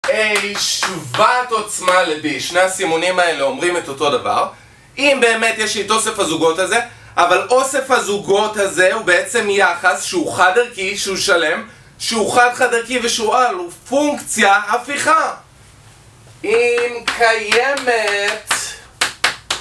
A שוות עוצמה ל-B שני הסימונים האלה אומרים את אותו הדבר אם באמת יש לי את אוסף הזוגות הזה אבל אוסף הזוגות הזה הוא בעצם יחס שהוא חד-ערכי שהוא שלם שהוא חד-חד-ערכי ושהוא על הוא פונקציה הפיכה אם קיימת